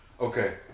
okay